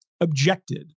objected